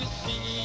see